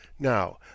Now